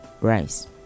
rice